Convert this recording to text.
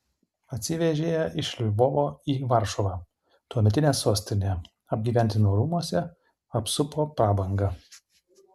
atsivežė ją iš lvovo į varšuvą tuometinę sostinę apgyvendino rūmuose apsupo prabanga